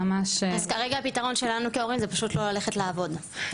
אז כרגע הפתרון שלנו כהורים זה פשוט לא ללכת לעבוד.